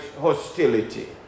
hostility